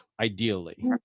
ideally